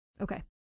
Okay